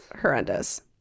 horrendous